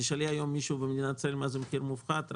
תשאלי היום מישהו במדינת ישראל מה זה מחיר מופחת,